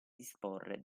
disporre